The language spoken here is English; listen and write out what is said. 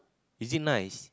is it nice